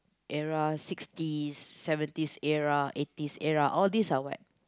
era sixties seventies era eighties era all these are what